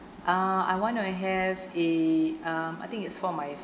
uh I wanna have a um I think it's for my